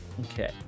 Okay